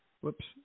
Whoops